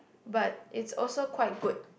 but it's also quite good